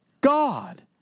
God